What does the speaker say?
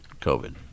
COVID